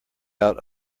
out